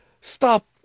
stop